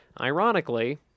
ironically